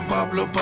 Pablo